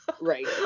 right